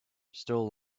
still